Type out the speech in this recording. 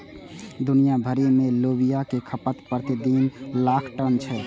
दुनिया भरि मे लोबिया के खपत प्रति दिन तीन लाख टन छै